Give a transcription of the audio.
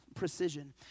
Precision